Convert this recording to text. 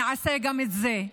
נעשה גם את זה.